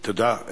תודה.